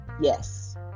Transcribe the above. yes